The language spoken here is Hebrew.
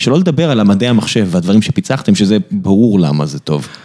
שלא לדבר על המדעי המחשב והדברים שפיצחתם, שזה ברור למה זה טוב.